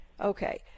okay